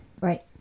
Right